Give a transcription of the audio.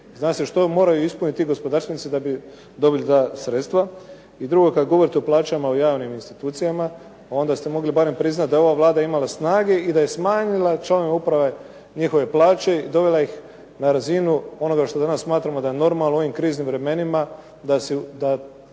Zna se što moraju ispuniti ti gospodarstvenici da bi dobili ta sredstva. I drugo, kad govorite o plaćama u javnim institucijama onda ste mogli barem priznati da je ova Vlada imala snage i da je smanjila članove uprave, njihove plaće i dovela ih na razinu onoga što danas smatramo da je normalno u ovim kriznim vremenima, da takve